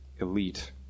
Elite